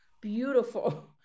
beautiful